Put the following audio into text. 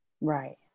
Right